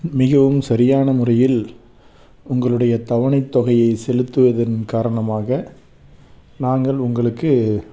மிகவும் சரியான முறையில் உங்களுடைய தவணை தொகையை செலுத்துவதன் காரணமாக நாங்கள் உங்களுக்கு